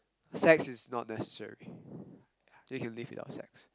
sex is not necessary we can live without sex